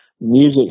music